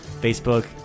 Facebook